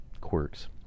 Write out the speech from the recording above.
quirks